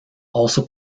also